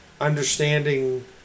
understanding